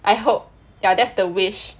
I hope ya that's the wish